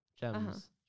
Gems